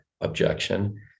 objection